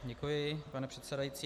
Děkuji, pane předsedající.